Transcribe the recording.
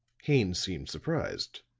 haines seemed surprised.